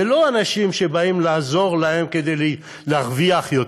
זה לא אנשים שבאים לעזור להם כדי להרוויח יותר,